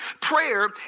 Prayer